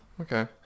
Okay